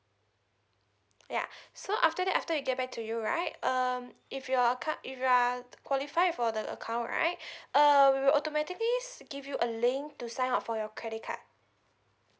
ya so after that after we get back to you right um if you're cut~ if you're qualified for the account right uh we will automatically give you a link to sign up for your credit card